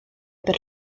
per